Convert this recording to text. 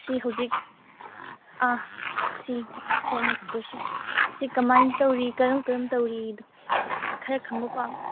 ꯁꯤ ꯍꯧꯖꯤꯛ ꯁꯤ ꯁꯤ ꯀꯃꯥꯏꯅ ꯇꯧꯔꯤ ꯀꯔꯝ ꯀꯔꯝ ꯇꯧꯔꯤ ꯑꯗꯣ ꯈꯔ ꯈꯪꯕ ꯄꯥꯝꯃꯦ